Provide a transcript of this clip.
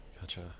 Gotcha